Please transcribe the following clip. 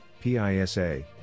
PISA